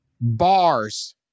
Bars